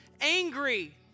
angry